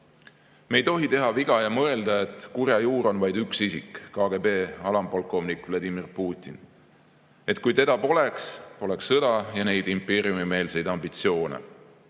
ei tohi teha viga ja mõelda, et kurja juur on vaid üks isik, KGB alampolkovnik Vladimir Putin, ja kui teda poleks, poleks sõda ja neid impeeriumimeelseid ambitsioone.